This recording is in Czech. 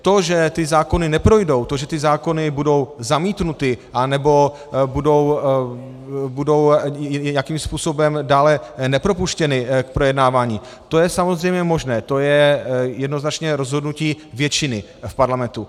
To, že ty zákony neprojdou, to, že ty zákony budou zamítnuty, anebo budou nějakým způsobem dále nepropuštěny k projednávání, to je samozřejmě možné, to je jednoznačné rozhodnutí většiny v parlamentu.